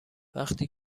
وقتی